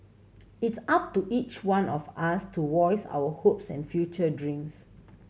it's up to each one of us to voice our hopes and future dreams